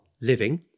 living